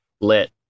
lit